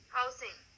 housing